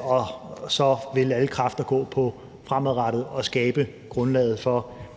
Og så vil alle kræfter gå på fremadrettet at skabe grundlaget for